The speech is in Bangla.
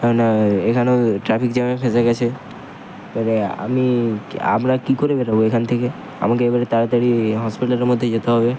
কেননা এখানে ট্রাফিক জ্যামে ফেঁসে গেছে এবারে আমি আমরা কী করে বেরোবো এখান থেকে আমাকে এবারে তাড়াতাড়ি হসপিটালের মধ্যে যেতে হবে